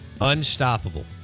Unstoppable